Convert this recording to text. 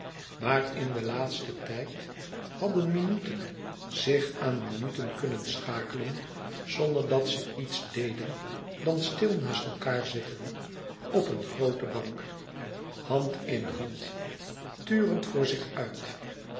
maar in den laatsten tijd hadden minuten zich aan minuten kunnen schakelen zonder dat ze iets deden dan stil naast elkaâr zitten op een groote bank hand in hand turende voor zich uit